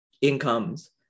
incomes